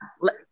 Let